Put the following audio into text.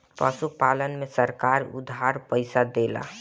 पशुपालन में सरकार उधार पइसा देला?